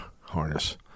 harness